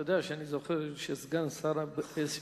אתה יודע שאני זוכר ששר הבריאות